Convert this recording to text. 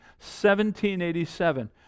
1787